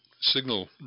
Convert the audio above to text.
signal